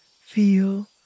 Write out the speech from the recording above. feel